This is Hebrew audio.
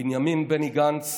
בנימין בני גנץ,